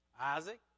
Isaac